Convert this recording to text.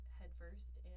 headfirst